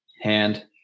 hand